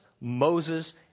Moses